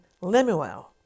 Lemuel